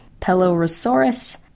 Pelorosaurus